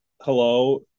hello